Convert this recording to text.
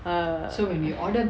err